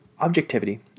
objectivity